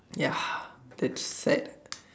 ya that's sad